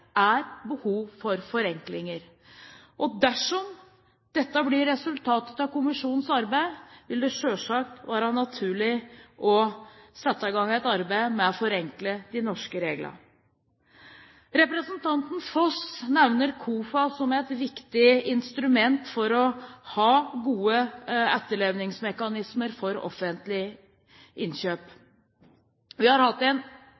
er behov for forenklinger. Dersom dette blir resultatet av kommisjonens arbeid, vil det selvsagt være naturlig å sette i gang et arbeid med å forenkle de norske reglene. Representanten Foss nevnte KOFA som et viktig instrument for å ha gode etterlevingsmekanismer for offentlige innkjøp. Vi har hatt en